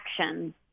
action